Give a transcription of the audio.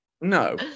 No